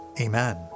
Amen